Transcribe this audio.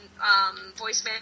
voicemail